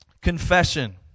confession